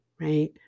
right